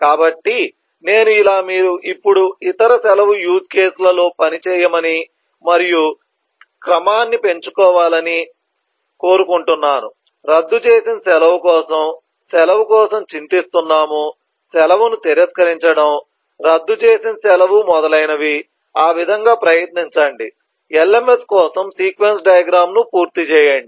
కాబట్టి నేను ఇలా మీరు ఇప్పుడు ఇతర సెలవు యూజ్ కేసులలో పని చేయమని మరియు క్రమాన్ని పెంచుకోవాలని కోరుకుంటున్నాను రద్దు చేసిన సెలవు కోసం సెలవు కోసం చింతిస్తున్నాము సెలవును తిరస్కరించడం రద్దు చేసిన సెలవు మొదలైనవి ఆ విధంగా ప్రయత్నించండి LMS కోసం సీక్వెన్స్ డయాగ్రమ్ ను పూర్తి చేయండి